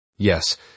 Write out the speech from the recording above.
Yes